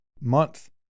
month